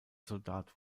soldat